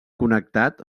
connectat